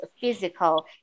physical